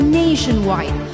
nationwide